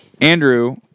Andrew